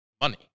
Money